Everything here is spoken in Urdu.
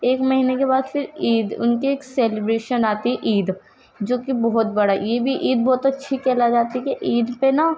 ایک مہینے کے بعد پھر عید ان کی ایک سیلیبریشن آتی ہے عید جو کہ بہت بڑا یہ بھی عید بہت اچّھی کہلا جاتی ہے کہ عید پہ نا